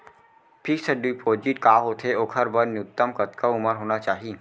Fix deposit का होथे ओखर बर न्यूनतम कतका उमर होना चाहि?